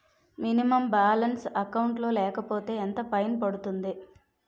Minimum balance account లో లేకపోతే ఎంత ఫైన్ పడుతుంది?